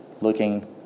looking